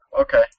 Okay